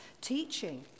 teaching